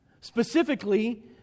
Specifically